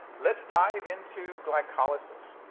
let's dive into glycolysis.